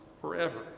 forever